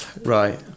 Right